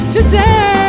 Today